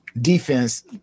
defense